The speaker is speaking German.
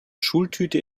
schultüte